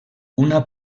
una